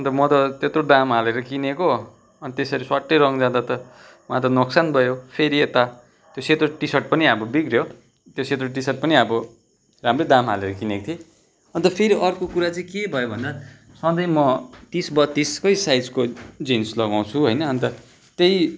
अन्त म त त्यत्रो दाम हालेर किनेको अनि त्यसरी स्वाट्टै रङ जाँदा त मलाई त नोक्सान भयो फेरि यता त्यो सेतो टिसर्ट पनि अब बिग्रियो त्यो सेतो टिसर्ट पनि अब राम्रै दाम हालेर किनेको थिएँ अन्त फेरि अर्को कुरा चाहिँ के भयो भन्दा सधैँ म तिस बत्तिसकै साइजको जिन्स लगाउँछु होइन अन्त त्यही